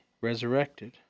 resurrected